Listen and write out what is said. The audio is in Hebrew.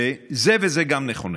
זה וזה גם נכונים,